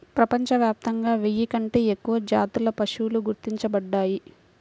ప్రపంచవ్యాప్తంగా వెయ్యి కంటే ఎక్కువ జాతుల పశువులు గుర్తించబడ్డాయి